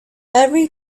every